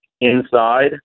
Inside